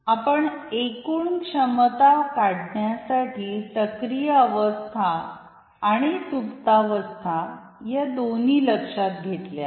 आपण एकूण क्षमता काढण्यासाठी सक्रिय अवस्था आणि सुप्तावस्था या दोन्ही लक्षात घेतल्या आहेत